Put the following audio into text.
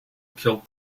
killed